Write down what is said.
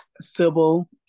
Sybil